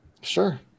Sure